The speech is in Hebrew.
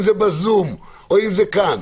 אם זה ב-זום או אם זה כאן.